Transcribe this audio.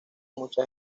mucha